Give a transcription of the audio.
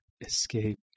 escape